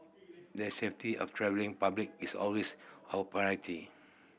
the safety of travelling public is always our priority